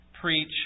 preach